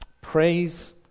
Praise